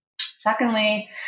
Secondly